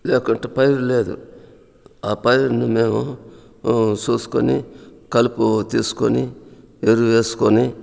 లేకుంటే పైరు లేదు ఆ పైరుని మేము చూసుకొని కలుపు తీసుకొని ఎరువేసుకొని